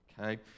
okay